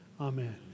Amen